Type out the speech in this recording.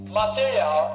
material